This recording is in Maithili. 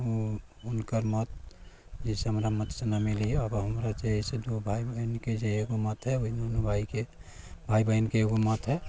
ओ हुनकर मत जे छै हमरा मत सऽ नहि मिलैया आब हमरा जे हय से दू भाइ बहिन के जे एगो मत हय ओहि दुनू भाइ के भाइ बहिन के एगो मत हय